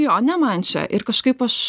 jo ne man čia ir kažkaip aš